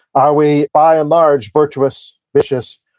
are we by and large virtuous, vicious,